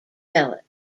developed